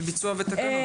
לביצוע ותקנות.